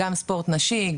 גם ספורט נשי,